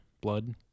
Blood